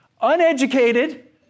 uneducated